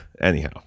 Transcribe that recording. anyhow